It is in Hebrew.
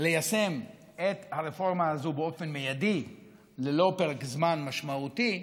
ליישם את הרפורמה הזאת באופן מיידי ללא פרק זמן משמעותי,